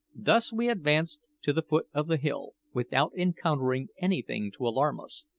thus we advanced to the foot of the hill without encountering anything to alarm us,